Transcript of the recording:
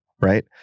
right